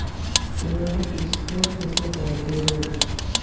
Credit score किसे कहते हैं?